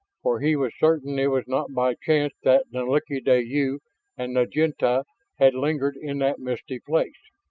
for he was certain it was not by chance that nalik'ideyu and naginlta had lingered in that misty place.